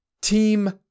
Team